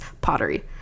pottery